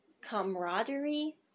camaraderie